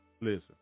Listen